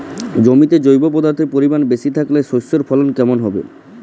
জমিতে জৈব পদার্থের পরিমাণ বেশি থাকলে শস্যর ফলন কেমন হবে?